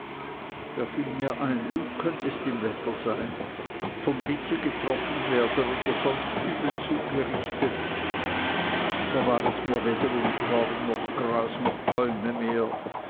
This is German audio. da fiel mir ein du könntest im wetter sein vom blitze getroffen werden oder sonst übel zugerichtet da war es mir weder um korn noch gras noch bäume mehr